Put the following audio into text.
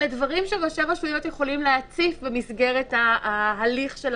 אלה דברים שראשי רשויות יכולים להציף במסגרת ההליך של